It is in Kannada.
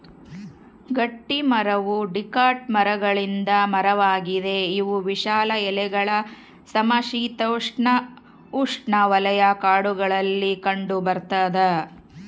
ಗಟ್ಟಿಮರವು ಡಿಕಾಟ್ ಮರಗಳಿಂದ ಮರವಾಗಿದೆ ಇವು ವಿಶಾಲ ಎಲೆಗಳ ಸಮಶೀತೋಷ್ಣಉಷ್ಣವಲಯ ಕಾಡುಗಳಲ್ಲಿ ಕಂಡುಬರ್ತದ